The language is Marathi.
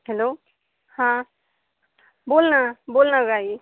हॅलो हा बोल ना बोल ना गं आई